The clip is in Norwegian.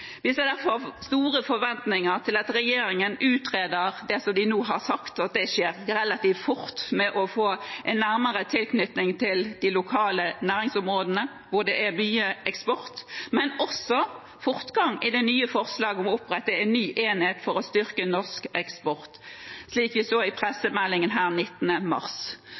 Vi har derfor store forventninger til at regjeringen utreder det de nå har sagt, og at det skjer relativt fort. Det gjelder å få en nærmere tilknytning til de lokale næringsområdene, hvor det er mye eksport, men også fortgang i det nye forslaget om å opprette en ny enhet for å styrke norsk eksport, slik vi så i pressemeldingen her 19. mars.